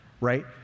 Right